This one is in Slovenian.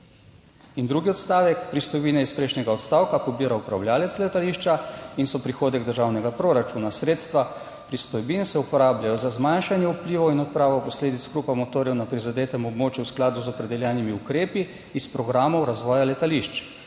In drugi odstavek, pristojbine iz prejšnjega odstavka pobira upravljavec letališča in so prihodek državnega proračuna. Sredstva pristojbine se uporabljajo za zmanjšanje vplivov in odpravo posledic hrupa motorjev na prizadetem območju v skladu z opredeljenimi ukrepi iz programov razvoja letališč.